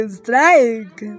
strike